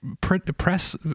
press